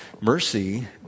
Mercy